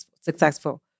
successful